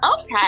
Okay